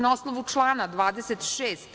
Na osnovu člana 26.